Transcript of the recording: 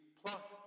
plus